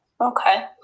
Okay